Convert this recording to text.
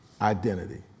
identity